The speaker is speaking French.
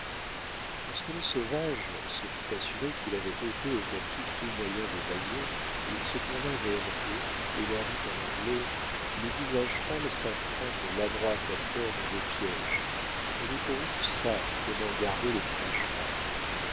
lorsque le sauvage se fut assuré qu'il avait ôté aux captifs tout moyen d'évasion il se tourna vers eux et leur dit en anglais les visages pâles savent prendre l'adroit castor dans des pièges mais les peaux-rouges savent comment garder les visages pâles